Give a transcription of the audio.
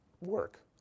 work